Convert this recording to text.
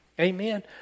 Amen